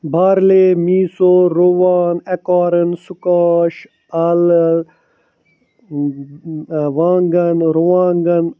barley میٖسو رُوان ایکارن سُکاش اَلہٕ وانٛگن رُوانٛگن